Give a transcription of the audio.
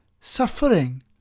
suffering